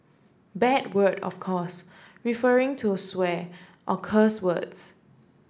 bad word of course referring to swear or cuss words